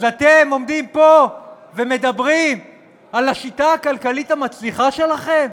אז אתם עומדים פה ומדברים על השיטה הכלכלית המצליחה שלכם?